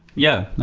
yeah,